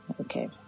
Okay